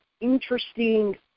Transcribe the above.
interesting